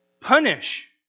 punish